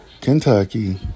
Kentucky